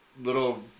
Little